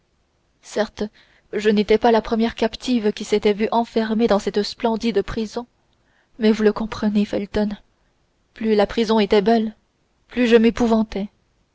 certes je n'étais pas la première captive qui s'était vue enfermée dans cette splendide prison mais vous le comprenez felton plus la prison était belle plus je